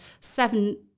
seven